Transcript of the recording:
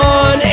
on